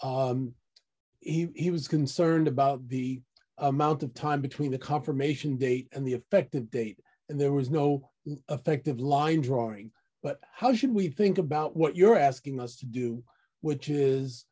he was concerned about the amount of time between the confirmation date and the effective date and there was no effective line drawing but how should we think about what you're asking us to do which is